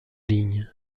ligne